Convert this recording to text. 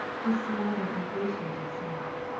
he smiled an ingratiating smile.